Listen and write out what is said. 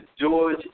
George